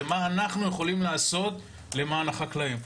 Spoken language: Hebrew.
זה מה אנחנו יכולים לעשות למען החקלאים.